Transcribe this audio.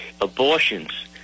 abortions